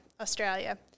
Australia